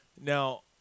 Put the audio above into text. Now